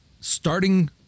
starting